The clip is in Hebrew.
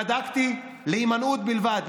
שפנית אליי ובדקתי הימנעות בלבד,